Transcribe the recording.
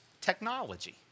technology